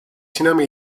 sinema